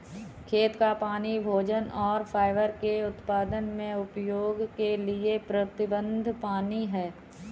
खेत का पानी भोजन और फाइबर के उत्पादन में उपयोग के लिए प्रतिबद्ध पानी है